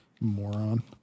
Moron